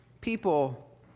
People